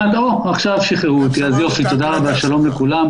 שתיים מה דעתנו